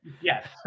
Yes